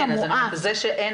זה שאין